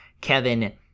Kevin